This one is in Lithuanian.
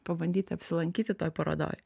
pabandyti apsilankyti toj parodoj